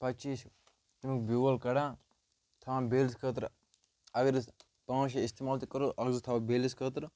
پَتہٕ چھِ أسۍ تَمیُک بیول کَڑان تھاوان بیلِس خٲطرٕ اگر أسۍ پانٛژھ شےٚ استعمال تہِ کَرو اکھ زٕ تھاوو بیلِس خٲطرٕ